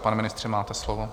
Pane ministře, máte slovo.